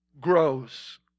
grows